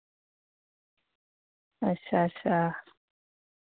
अच्छा अच्छा